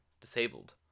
disabled